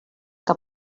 que